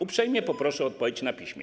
Uprzejmie proszę o odpowiedź na piśmie.